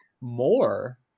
more